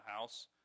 house